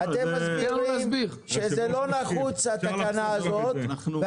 אתם מסבירים שהתקנה הזו לא נחוצה ואתם